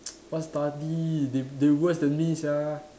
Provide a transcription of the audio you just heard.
what study they they worse than me sia